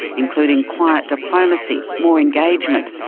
including quiet diplomacy, more engagement,